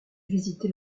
visité